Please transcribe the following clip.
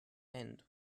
end